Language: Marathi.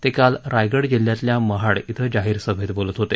ते काल रायगड जिल्ह्यातल्या महाड इथं जाहीर सभेत बोलत होते